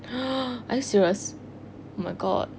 are you serious oh my god